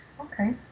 Okay